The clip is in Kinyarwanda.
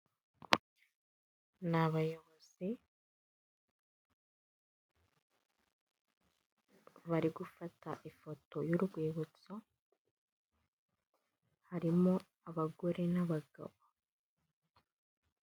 Ni abayobozi bari gufata ifoto y'urwibutso, harimo abagore n'abagabo.